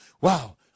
wow